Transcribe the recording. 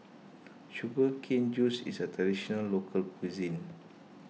Sugar Cane Juice is a Traditional Local Cuisine